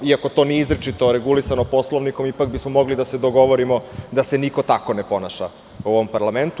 Iako to nije izričito regulisano Poslovnikom, ipak bismo mogli da se dogovorimo da se niko tako ne ponaša u ovom parlamentu.